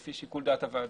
לפי שיקול דעת הוועדה.